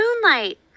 Moonlight